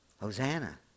Hosanna